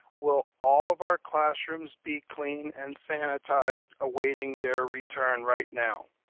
will all of our classrooms be clean and sanitized, awaiting their return right now?